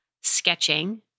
sketching